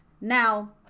Now